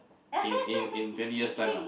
in in in twenty years time ah